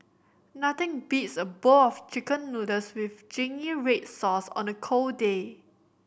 nothing beats a bowl of Chicken Noodles with zingy red sauce on a cold day